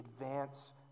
advance